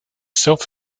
self